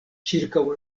ĉirkaŭ